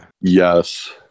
yes